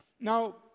Now